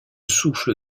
souffle